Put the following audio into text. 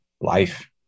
life